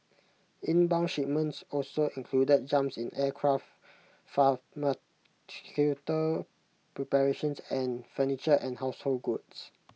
inbound shipments also included jumps in aircraft preparations and furniture and household goods